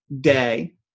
day